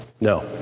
No